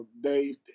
Dave